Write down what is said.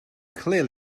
clearly